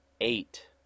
eight